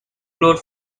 glowed